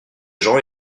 gens